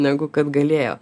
negu kad galėjo